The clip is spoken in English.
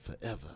forever